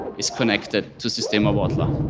is connected to sistema huautla.